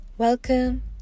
Welcome